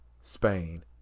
Spain